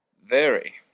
very.